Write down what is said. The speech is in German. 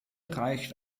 reicht